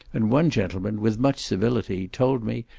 and one gentleman, with much civility, told me,